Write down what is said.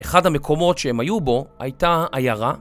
אחד המקומות שהם היו בו הייתה עיירה.